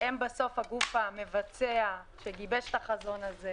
הם בסוף הגוף המבצע שגיבש את החזון הזה,